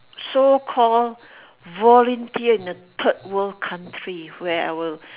so call volunteer in a third world country where I will